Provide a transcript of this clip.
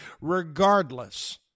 Regardless